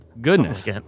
goodness